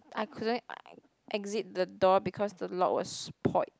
I couldn't exit the door because the lock was spoilt